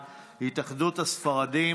התשפ"ב 2021,